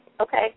Okay